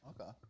Okay